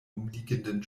umliegenden